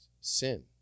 sin